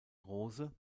rose